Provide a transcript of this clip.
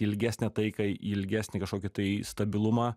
ilgesnę taiką į ilgesnį kažkokį tai stabilumą